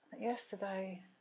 Yesterday